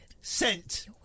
Sent